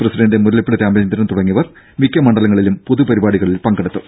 president Mullappally Ramachandran തുടങ്ങിയവർ മിക്ക മണ്ഡലങ്ങളിലും പൊതു പരിപാടികളിൽ പങ്കെടുത്തു